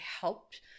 helped